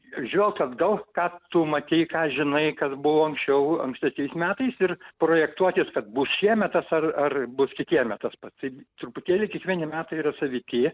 žvelk atgal ką tu matei ką žinai kas buvo anksčiau ankstesniais metais ir projektuotis kad bus šiemet tas ar ar bus kitiemet tas pats tai truputėlį kiekvieni metai yra saviti